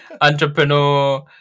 entrepreneur